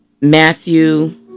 Matthew